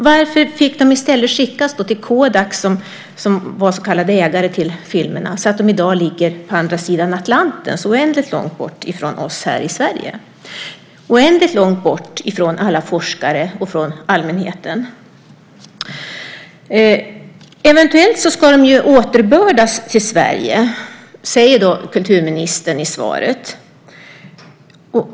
Varför fick de i stället skickas till Kodak, som var så kallade ägare till filmerna, så att de i dag ligger på andra sidan Atlanten, oändligt långt bort från oss här i Sverige, oändligt långt bort från alla forskare och från allmänheten? Eventuellt ska filmerna återbördas till Sverige, säger kulturministern i svaret.